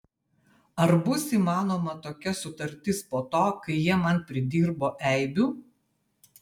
ar bus įmanoma tokia sutartis po to kai jie man pridirbo eibių